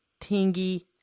Tingy